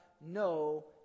no